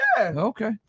Okay